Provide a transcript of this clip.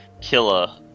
killer